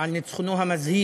על ניצחונו המזהיר,